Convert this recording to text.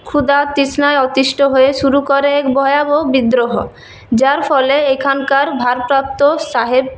ক্ষুদা তৃষ্ণায় অতিষ্ঠ হয়ে শুরু করে এক ভয়াবহ বিদ্রোহ যার ফলে এখানকার ভারপ্রাপ্ত সাহেব